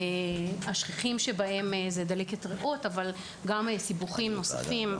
השכיחים שבהם הם דלקת ריאות אבל גם סיבוכים נוספים.